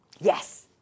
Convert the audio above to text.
Yes